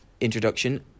introduction